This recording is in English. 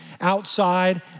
outside